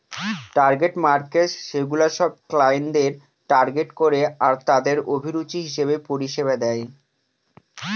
target markets সেগুলা সব ক্লায়েন্টদের টার্গেট করে আরতাদের অভিরুচি হিসেবে পরিষেবা দেয়